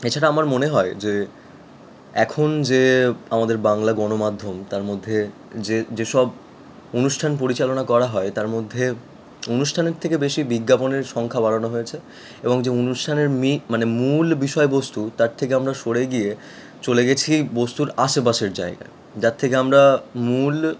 এছাড়া আমার মনে হয় যে এখন যে আমাদের বাংলা গণমাধ্যম তার মধ্যে যে যে সব অনুষ্ঠান পরিচালনা করা হয় তার মধ্যে অনুষ্ঠানের থেকে বেশি বিজ্ঞাপনের সংখ্যা বাড়ানো হয়েছে এবং যে অনুষ্ঠানের মে মানে মূল বিষয় বস্তু তার থেকে আমরা সরে গিয়ে চলে গেছি বস্তুর আশেপাশের জায়গায় যার থেকে আমরা মূল